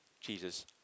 Jesus